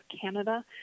Canada